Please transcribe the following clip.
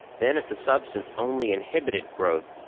then, if the substance only inhibited growth,